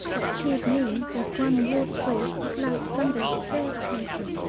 what cheered me was one ward full of last sunday's bad cases,